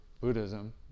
Buddhism